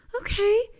okay